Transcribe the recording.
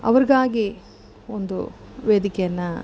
ಅವ್ರಿಗಾಗಿ ಒಂದು ವೇದಿಕೆಯನ್ನು